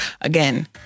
again